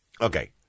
Okay